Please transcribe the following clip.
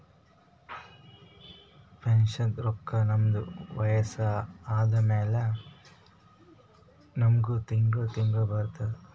ಪೆನ್ಷನ್ದು ರೊಕ್ಕಾ ನಮ್ದು ವಯಸ್ಸ ಆದಮ್ಯಾಲ ನಮುಗ ತಿಂಗಳಾ ತಿಂಗಳಾ ಬರ್ತುದ್